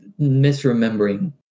misremembering